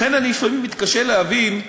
לכן, אני לפעמים מתקשה להבין.